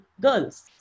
girls